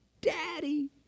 Daddy